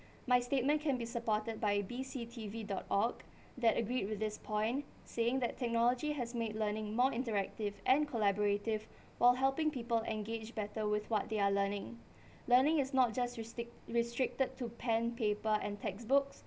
my statement can be supported by B_C_T_V dot org that agreed with this point saying that technology has made learning more interactive and collaborative while helping people engaged better with what they are learning learning is not just resti~ restricted to pen paper and textbooks